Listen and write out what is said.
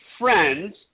Friends